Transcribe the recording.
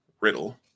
Riddle